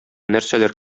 нәрсәләр